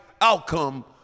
outcome